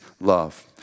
love